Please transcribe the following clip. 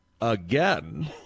again